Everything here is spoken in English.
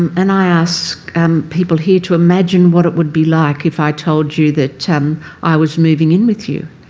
and i ask um people here to imagine what it would be like if i told you that i was moving in with you.